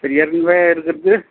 சரி ஏற்கனவே இருக்கிறது